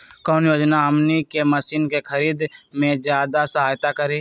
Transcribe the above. कौन योजना हमनी के मशीन के खरीद में ज्यादा सहायता करी?